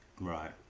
right